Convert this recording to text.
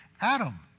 Adam